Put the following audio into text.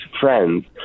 friends